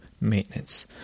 maintenance